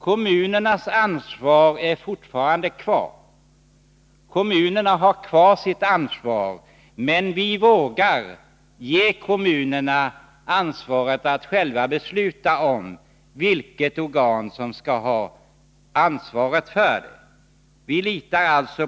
Kommunerna har fortfarande kvar sitt ansvar, men vi vågar ge kommunerna rätten att själva besluta om vilket organ som skall ha ansvaret för åtgärderna.